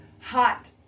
hot